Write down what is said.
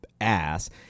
ass